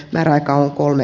läärä kalt kolme